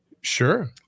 Sure